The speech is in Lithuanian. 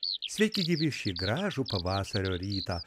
sveiki gyvi šį gražų pavasario rytą